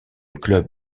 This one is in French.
club